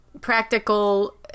Practical